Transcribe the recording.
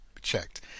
checked